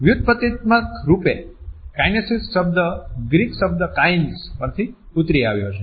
વ્યુત્પત્તિત્મક રૂપે કાઈનેસીક્સ શબ્દ ગ્રીક શબ્દ કાઈન્સ પરથી ઉતરી આવ્યો છે